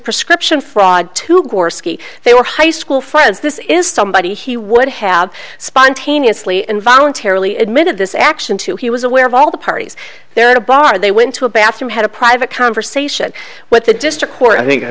prescription fraud to gorski they were high school friends this is somebody he would have spontaneously and voluntarily admitted this action to he was aware of all the parties there at a bar they went to a bathroom had a private conversation with the district court i think i